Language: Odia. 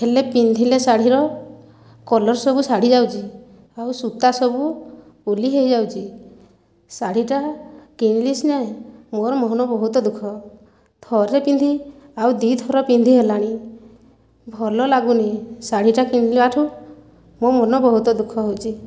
ହେଲେ ପିନ୍ଧିଲେ ଶାଢ଼ୀର କଲର ସବୁ ଛାଡ଼ି ଯାଉଛି ଆଉ ସୂତା ସବୁ ଉଲି ହେଇଯାଉଛି ଶାଢ଼ୀଟା କିଣିଲି ସିନା ମୋର ମନ ବହୁତ ଦୁଃଖ ଥରେ ପିନ୍ଧି ଆଉ ଦୁଇ ଥର ପିନ୍ଧିହେଲାନି ଭଲଲାଗୁନାହିଁ ଶାଢ଼ୀଟା ପିନ୍ଧିଲାଠୁ ମୋ' ମନ ବହୁତ ଦୁଃଖ ହେଉଛି